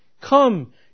Come